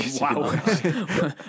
Wow